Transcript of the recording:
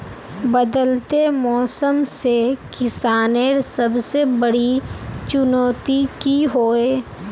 बदलते मौसम से किसानेर सबसे बड़ी चुनौती की होय?